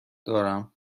دارم